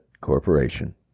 corporation